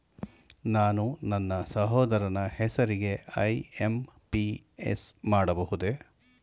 ನಾನು ನನ್ನ ಸಹೋದರನ ಹೆಸರಿಗೆ ಐ.ಎಂ.ಪಿ.ಎಸ್ ಮಾಡಬಹುದೇ?